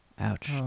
Ouch